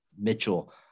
Mitchell